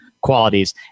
qualities